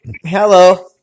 Hello